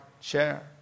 Share